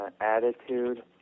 attitude